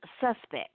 suspect